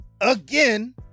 again